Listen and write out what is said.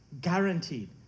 Guaranteed